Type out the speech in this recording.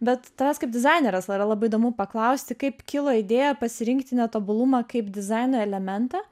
bet tavęs kaip dizainerės yra labai įdomu paklausti kaip kilo idėja pasirinkti netobulumą kaip dizaino elementą